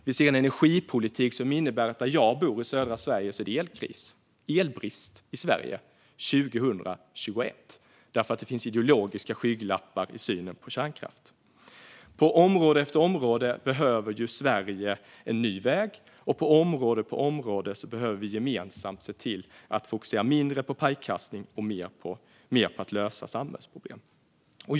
Vi ser en energipolitik som innebär att där jag bor, i södra Sverige, är det elkris. Det är elbrist i Sverige 2021, därför att det finns ideologiska skygglappar i synen på kärnkraft. Sverige behöver på område efter område en ny väg, och på område efter område behöver vi gemensamt fokusera mindre på pajkastning och mer på att lösa samhällsproblemen.